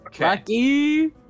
Okay